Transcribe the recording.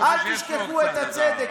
אל תשכחו את הצדק.